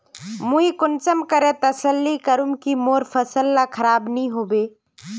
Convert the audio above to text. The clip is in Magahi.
मुई कुंसम करे तसल्ली करूम की मोर फसल ला खराब नी होबे?